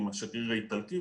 עם השגריר האיטלקי,